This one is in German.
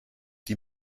die